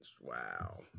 Wow